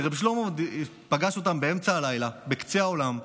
ורֶבּ שלמה פגש אותם באמצע הלילה בקצה העולם,